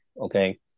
okay